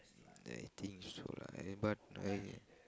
ya I think so lah but I